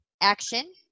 action